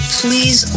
please